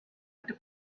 the